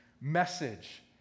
message